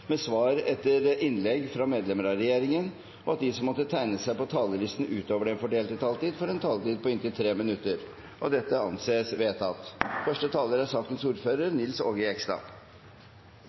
med svar etter innlegg fra medlemmer av regjeringen, og at de som måtte tegne seg på talerlisten utover den fordelte taletid, får en taletid på inntil 3 minutter. – Det anses vedtatt.